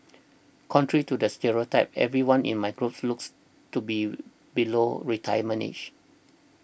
contrary to the stereotype nearly everyone in my group looks to be below retirement age